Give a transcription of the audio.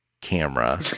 camera